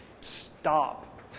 stop